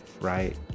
right